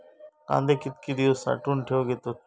कांदे कितके दिवस साठऊन ठेवक येतत?